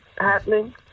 happening